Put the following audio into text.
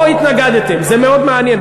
זה מאוד מעניין.